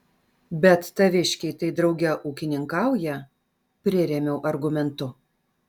bet taviškiai tai drauge ūkininkauja prirėmiau argumentu